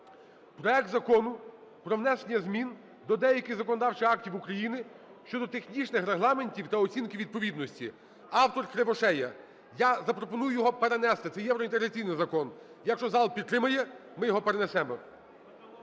Проект Закону про внесення змін до деяких законодавчих актів України щодо технічних регламентів та оцінки відповідності, автор – Кривошея. Я запропоную його перенести, це євроінтеграційний закон, якщо зал підтримає, ми його перенесемо.